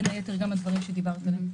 בין היתר גם על דברים שדיברת עליהם.